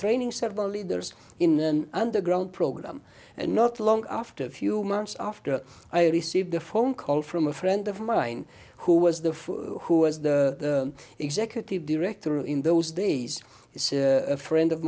training several leaders in an underground program and not long after a few months after i received a phone call from a friend of mine who was the who was the executive director in those days is a friend of